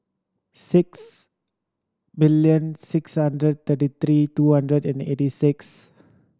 six million six hundred thirty three two hundred and eighty six